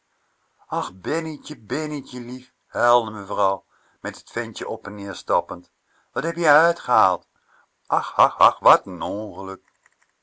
ach bennietje bennietje lief huilde mevrouw met t ventje op en neer stappend wat heb je uitgehaald ach ach ach wat